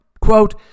Quote